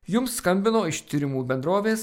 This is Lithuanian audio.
jums skambino iš tyrimų bendrovės